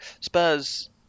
Spurs